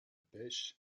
pêche